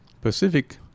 Pacific